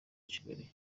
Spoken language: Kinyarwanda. kigali